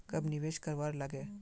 कब निवेश करवार लागे?